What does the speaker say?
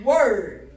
Word